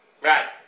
Right